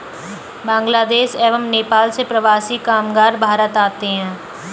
बांग्लादेश एवं नेपाल से प्रवासी कामगार भारत आते हैं